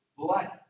bless